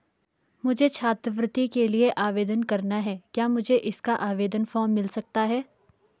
मुझे छात्रवृत्ति के लिए आवेदन करना है क्या मुझे इसका आवेदन फॉर्म मिल सकता है?